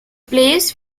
place